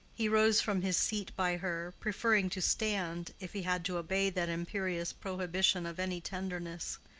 he rose from his seat by her, preferring to stand, if he had to obey that imperious prohibition of any tenderness.